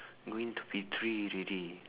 going to be three already